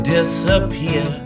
Disappear